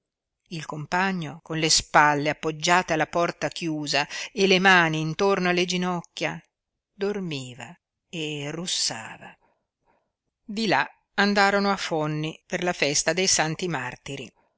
il compagno con le spalle appoggiate alla porta chiusa e le mani intorno alle ginocchia dormiva e russava di là andarono a fonni per la festa dei santi martiri